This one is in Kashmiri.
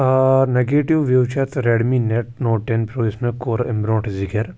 آ نیٚگیٹِو وِو چھِ اتھ ریٚڈ می نیٚٹ نوٹ ٹیٚن پرو یُس مےٚ کوٚر امہِ برونٛٹھ ذِکِر